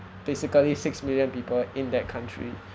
basically six million people in that country